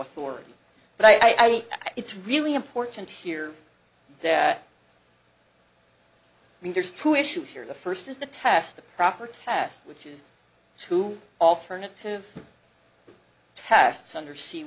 authority but i think it's really important here that i mean there's two issues here the first is the test the proper test which is to alternative tests under see